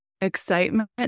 excitement